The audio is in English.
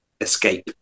escape